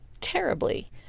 terribly